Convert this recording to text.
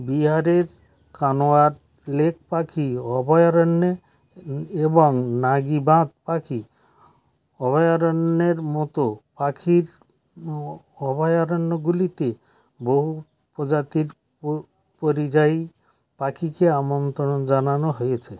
বিহারের কানওয়ার লেক পাখি অভয়ারণ্যে এবং নাগী বাঁধ পাখি অভয়ারণ্যের মতো পাখির অভয়ারণ্যগুলিতে বহু প্রজাতির পরিযায়ী পাখিকে আমন্ত্রণ জানানো হয়েছে